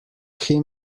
him